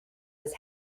his